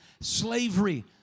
slavery